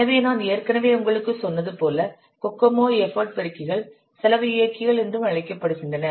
எனவே நான் ஏற்கனவே உங்களுக்குச் சொன்னது போல கோகோமோ எஃபர்ட் பெருக்கிகள் செலவு இயக்கிகள் என்றும் அழைக்கப்படுகின்றன